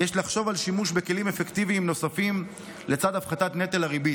יש לחשוב על שימוש בכלים אפקטיביים נוספים לצד הפחתת נטל הריבית.